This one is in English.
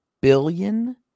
billion